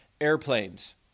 airplanes